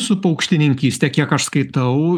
su paukštininkyste kiek aš skaitau